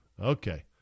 Okay